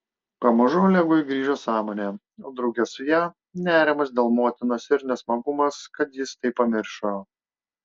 pamažu olegui grįžo sąmonė o drauge su ja nerimas dėl motinos ir nesmagumas kad jis tai pamiršo